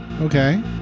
Okay